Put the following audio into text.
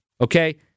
okay